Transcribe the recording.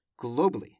globally